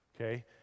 okay